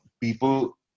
people